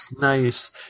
Nice